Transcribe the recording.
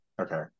Okay